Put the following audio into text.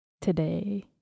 today